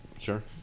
Sure